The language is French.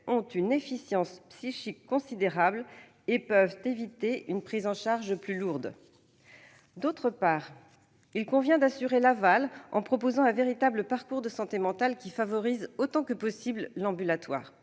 ont une efficience psychique considérable et peuvent éviter une prise en charge plus lourde ». D'autre part, il convient d'assurer l'aval, en proposant un véritable parcours de santé mentale qui favorise autant que possible l'ambulatoire.